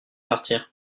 partir